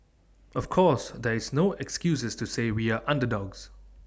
of course there is no excuses to say we are underdogs